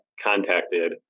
contacted